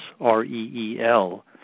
R-E-E-L